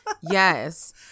Yes